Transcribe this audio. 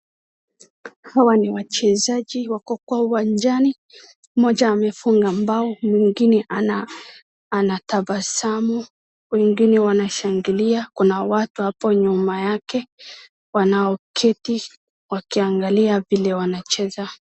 Hawa ni wachezaji, wako kwa uwanjani. Moja amefuga bao, mwingine anatabasamu, wengine wanashangilia, kuna watu hapo nyuma yake wanaoketi wakiangalia vile wanacheza.